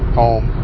home